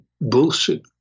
bullshit